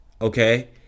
Okay